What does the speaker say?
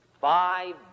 five